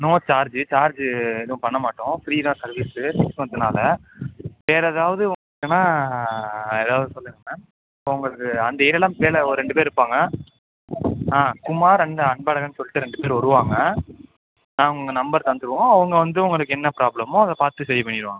no charge charge ஏதும் பண்ணமாட்டோம் free தான் சர்விஸ் ஃபஸ்ட் மன்த்னால் வேறு ஏதாவது ஒன்றுனா ஏதாவது சொல்லுங்க மேம் இப்போ உங்களுக்கு அந்த ஏரியாவில் ஒரு ரெண்டு பேர் இருப்பாங்க குமார் அண்ட் அன்பழகன் சொல்லிட்டு ரெண்டு பேர் வருவாங்க அவங்க நம்பர் தந்துடுவோம் அவங்க வந்து உங்களுக்கு என்ன ப்ராப்ளமோ அதை பார்த்து சரி பண்ணிடுவாங்க